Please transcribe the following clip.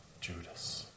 Judas